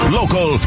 local